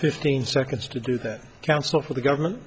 fifteen seconds to do that counsel for the government